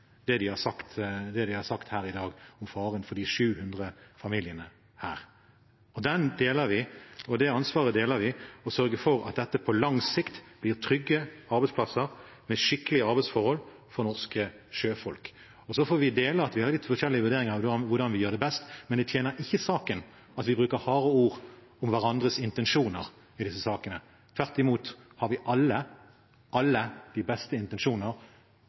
det de har sagt her i dag om faren for de 700 familiene. Den oppfatningen deler vi. Og det ansvaret deler vi: å sørge for at dette på lang sikt blir trygge arbeidsplasser, med skikkelige arbeidsforhold for norske sjøfolk. Så får vi være enige om at vi har litt forskjellige vurderinger av hvordan vi best gjør det, men det tjener ikke saken at vi bruker harde ord om hverandres intensjoner i disse sakene. Tvert imot har vi alle – alle – de beste intensjoner